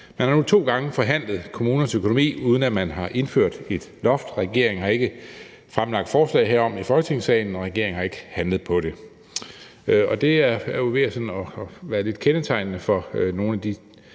Man har nu to gange forhandlet kommunernes økonomi, uden at man har indført et loft. Regeringen har ikke fremsat forslag herom i Folketingssalen, og regeringen har ikke handlet på det. Det er jo ved at være sådan lidt kendetegnende for nogle af de